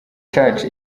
church